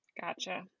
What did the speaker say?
Gotcha